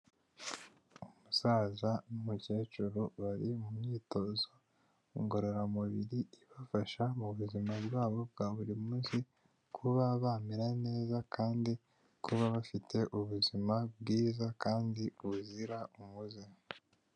Umusaza n'umukecuru bari mu myitozo ngororamubiri, ibafasha mu buzima bwabo bwa buri munsi kuba bamera neza kandi kuba bafite ubuzima bwiza kandi buzira umuze.